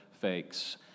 Fakes